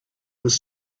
was